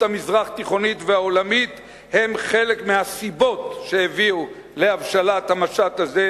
המזרח-תיכונית והעולמית הם חלק מהסיבות שהביאו להבשלת המשט הזה,